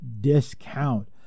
discount